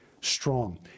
strong